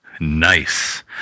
Nice